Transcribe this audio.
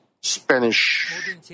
Spanish